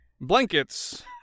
blankets